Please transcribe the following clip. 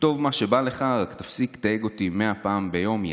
כתוב מה שבא לך רק תפסיק לתייג אותי מאה פעם ביום,